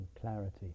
clarity